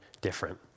different